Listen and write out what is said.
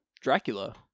Dracula